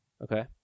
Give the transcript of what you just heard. Okay